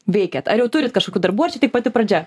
veikiat ar jau turit kažkokių darbų ar čia tik pati pradžia